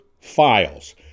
files